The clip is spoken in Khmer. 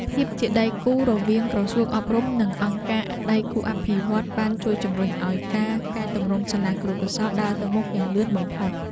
ភាពជាដៃគូរវាងក្រសួងអប់រំនិងអង្គការដៃគូអភិវឌ្ឍន៍បានជួយជំរុញឱ្យការកែទម្រង់សាលាគរុកោសល្យដើរទៅមុខយ៉ាងលឿនបំផុត។